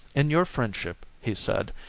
in your friendship, he said,